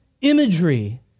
imagery